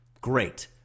Great